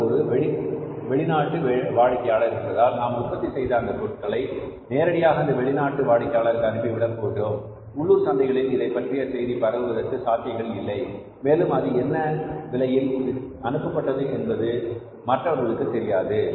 அவர் ஒரு வெளிநாட்டு வாடிக்கையாளர் என்பதால் நாம் உற்பத்தி செய்த அந்த பொருட்களை நேரடியாக அந்த வெளிநாட்டு வாடிக்கையாளருக்கு அனுப்பிவிட போகிறோம் உள்ளூர் சந்தைகளில் இதைப் பற்றிய செய்தி பரவுவதற்கு சாத்தியங்கள் இல்லை மேலும் அது என்ன விலையில் அனுப்பப்பட்டது என்பது மற்றவர்களுக்கு தெரியாது